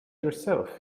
yourself